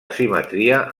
simetria